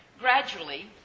Gradually